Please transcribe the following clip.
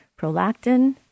prolactin